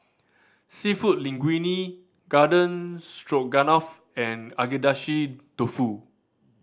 Seafood Linguine Garden Stroganoff and Agedashi Dofu